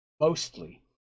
mostly